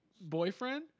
boyfriend